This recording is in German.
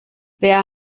wer